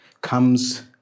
comes